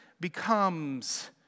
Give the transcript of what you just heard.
becomes